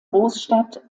großstadt